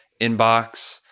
inbox